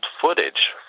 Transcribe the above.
footage